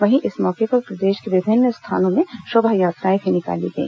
वहीं इस मौके पर प्रदेश के विभिन्न स्थानों में शोभायात्राएं भी निकाली गई